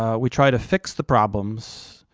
ah we try to fix the problems,